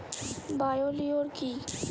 Bio লিওর কি?